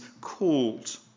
called